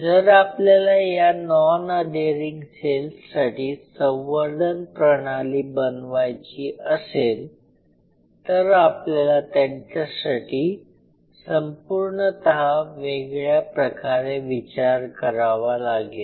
जर आपल्याला या नॉन अधेरिंग सेल्ससाठी संवर्धन प्रणाली बनवायची असेल तर आपल्याला त्यांच्यासाठी संपूर्णत वेगळ्या प्रकारे विचार करावा लागेल